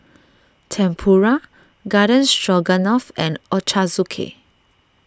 Tempura Garden Stroganoff and Ochazuke